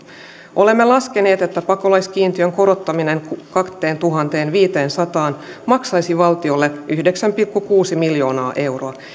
olemme laskeneet että pakolaiskiintiön korottaminen kahteentuhanteenviiteensataan maksaisi valtiolle yhdeksän pilkku kuusi miljoonaa euroa